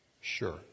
sure